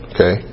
Okay